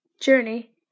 journey